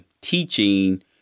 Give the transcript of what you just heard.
teaching